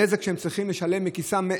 זה נזק שהם צריכים לשלם מכיסם,